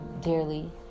dearly